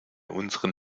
unseren